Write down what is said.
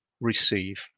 receive